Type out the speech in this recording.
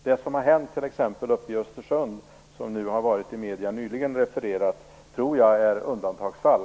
Det som t.ex. har hänt i Östersund och som nyligen har refererats i medierna tror jag är undantagsfall.